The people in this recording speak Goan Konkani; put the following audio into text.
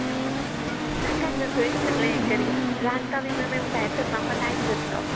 नाका गो थंयच सगळें हें करया रांदता बी म्हणल्यार भायर सरपाक आमकां टायम जातलो